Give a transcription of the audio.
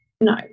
No